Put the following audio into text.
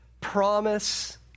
promise